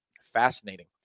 fascinating